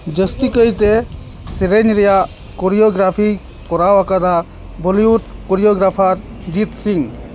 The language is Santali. ᱡᱟᱹᱥᱛᱤ ᱠᱟᱭᱛᱮ ᱥᱮᱨᱮᱧ ᱨᱮᱭᱟᱜ ᱠᱳᱨᱤᱭᱳᱜᱨᱟᱯᱷᱤᱭ ᱠᱚᱨᱟᱣ ᱟᱠᱟᱫᱟ ᱵᱚᱞᱤᱣᱩᱰ ᱠᱳᱨᱤᱭᱳᱜᱨᱟᱯᱷᱟᱨ ᱡᱤᱛ ᱥᱤᱝ